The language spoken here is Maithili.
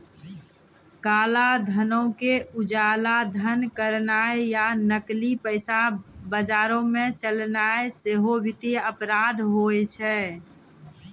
काला धनो के उजला धन करनाय या नकली पैसा बजारो मे चलैनाय सेहो वित्तीय अपराध होय छै